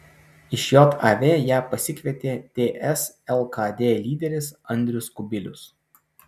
iš jav ją pasikvietė ts lkd lyderis andrius kubilius